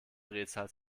drehzahl